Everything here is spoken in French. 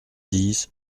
dix